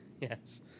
Yes